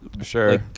sure